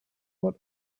what